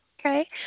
Okay